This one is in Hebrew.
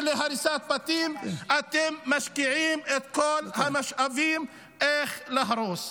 להריסת בתים אתם משקיעים באיך להרוס.